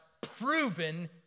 proven